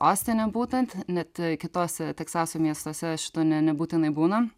ostine būtent net kitose teksaso miestuose šito ne nebūtinai būna